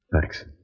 Thanks